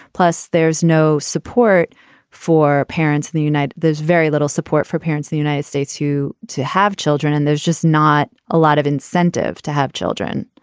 plus there's no support for parents the unite. there's very little support for parents, the united states who have children. and there's just not a lot of incentive to have children.